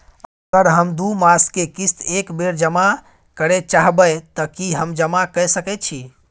अगर हम दू मास के किस्त एक बेर जमा करे चाहबे तय की हम जमा कय सके छि?